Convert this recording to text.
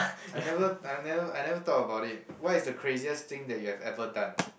I never I never I never thought about it what is the craziest thing that you have ever done